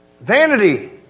vanity